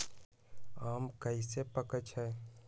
आम कईसे पकईछी?